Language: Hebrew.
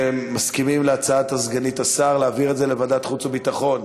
מסכימים להצעת סגנית השר להעביר את זה לוועדת חוץ וביטחון?